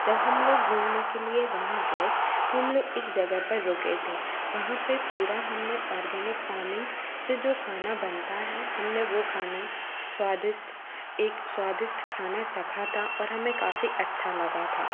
जब हम लोग घूमने के लिए वहाँ गए तो हम लोग एक जगह पर रुके थे वहाँ पर पूरा हमने ओर्गेनिक फार्मिंग से जो खाना बनता है हमने वह खाना स्वादिष्ठ एक स्वादिष्ठ खाना चखा था और हमें काफ़ी अच्छा लगा था